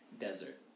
desert